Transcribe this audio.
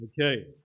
Okay